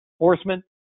enforcement